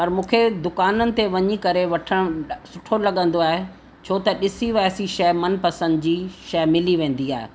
पर मुखे दुकाननि ते वञी करे वठणु सुठो लॻंदो आहे छो त ॾिसी वासी शइ मनपसंदि जी शइ मिली वेंदी आहे